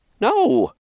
No